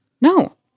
No